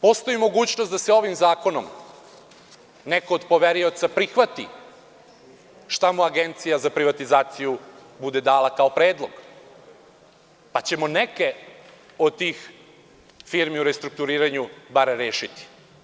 Postoji mogućnost da ovim zakonom neko od poverioca prihvati šta mu Agencija za privatizaciju bude dala kao predlog, pa ćemo neke od tih firmi u restrukturiranju bar rešiti.